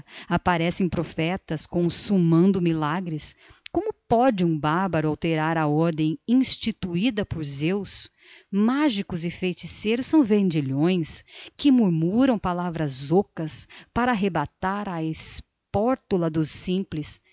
apareçam profetas consumando milagres como pode um bárbaro alterar a ordem instituída por zeus mágicos e feiticeiros são vendilhões que murmuram palavras ocas para arrebatar a espórtula dos simples